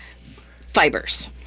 fibers